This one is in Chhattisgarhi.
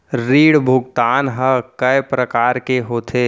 ऋण भुगतान ह कय प्रकार के होथे?